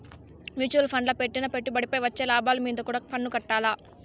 mutual ఫండ్ల పెట్టిన పెట్టుబడిపై వచ్చే లాభాలు మీంద కూడా పన్నుకట్టాల్ల